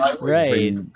Right